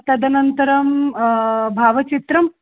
तदनन्तरं भावचित्रं